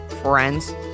friends